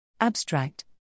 Abstract